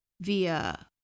via